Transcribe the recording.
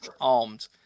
armed